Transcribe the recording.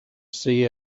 see